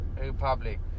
republic